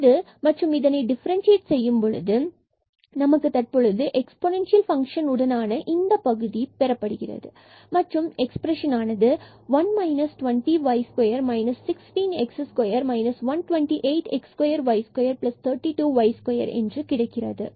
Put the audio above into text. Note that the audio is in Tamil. எனவே இது மற்றும் இதனை டிஃபரண்சியேட் செய்து நாம் தற்பொழுது எக்ஸ்பொனன்சியல் பங்க்ஷன் உடனான இந்த பகுதியை பெறுகிறோம் மற்றும் எக்ஸ்பிரஷன் 1 20y2 16x2 128x2y232y4கிடைக்கிறது